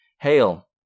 Hail